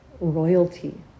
royalty